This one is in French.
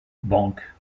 banques